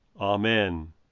Amen